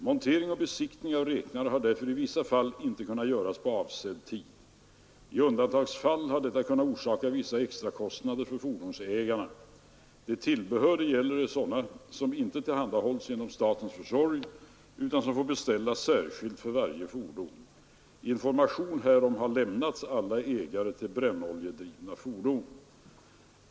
Montering och besiktning av räknare har därför i vissa fall inte kunnat göras på avsedd tid. I undantagsfall har detta kunnat orsaka vissa extrakostnader för fordonsägarna. De tillbehör det gäller är sådana som inte tillhandahålls genom statens försorg utan som får beställas särskilt för varje fordon. Information härom har lämnats alla ägare till brännoljedrivna fordon.